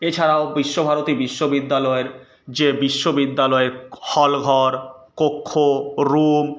এছাড়াও বিশ্বভারতী বিশ্ববিদ্যালয়ের যে বিশ্ববিদ্যালয় হলঘর কক্ষ রুম